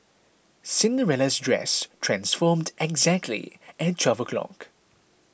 Cinderella's dress transformed exactly at twelve o' clock